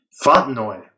Fontenoy